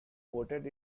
voted